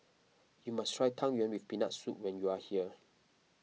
you must try Yang Yuen with Peanut Soup when you are here